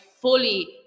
fully